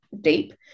deep